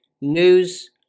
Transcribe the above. news